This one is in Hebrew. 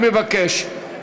אני מבקש.